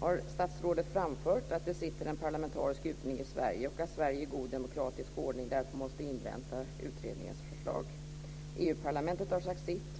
Har statsrådet framfört att en parlamentarisk utredning arbetar i Sverige och att Sverige i god parlamentarisk ordning måste invänta utredningens förslag? EU-parlamentet har sagt sitt.